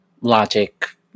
logic